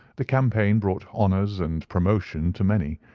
the campaign brought honours and promotion to many,